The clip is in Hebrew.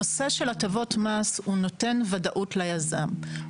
הנושא של הטבות מס נותן ודאות ליזם.